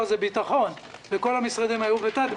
זה משרד הביטחון ואילו כל המשרדים האחרים היו בתת-ביצוע.